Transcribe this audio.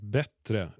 bättre